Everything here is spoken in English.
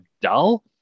dull